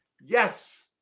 Yes